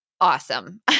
awesome